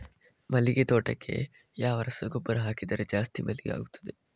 ಮಲ್ಲಿಗೆ ತೋಟಕ್ಕೆ ಯಾವ ರಸಗೊಬ್ಬರ ಹಾಕಿದರೆ ಜಾಸ್ತಿ ಮಲ್ಲಿಗೆ ಆಗುತ್ತದೆ?